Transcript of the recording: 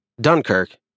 Dunkirk